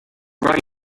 brought